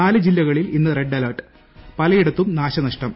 നാല് ജില്ലകളിൽ ഇന്ന് റെഡ് അലർട്ട് പലയിടത്തും നാശനഷ്ടം